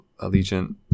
Allegiant